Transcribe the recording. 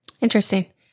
interesting